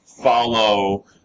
follow